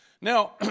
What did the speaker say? Now